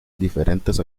diferentes